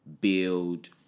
build